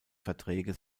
verträge